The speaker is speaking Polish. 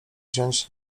wziąć